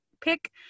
pick